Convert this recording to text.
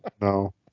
No